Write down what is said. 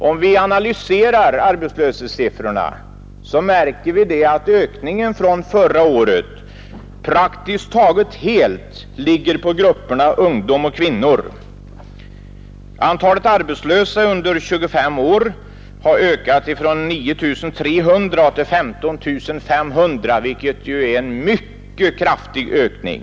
Om vi analyserar arbetslöshetssiffrorna, märker vi att ökningen från förra året praktiskt taget helt ligger på grupperna ungdom och kvinnor. Antalet arbetslösa under 25 år har ökat från 9 300 till 15 500, vilket ju är en mycket kraftig ökning.